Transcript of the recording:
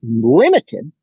limited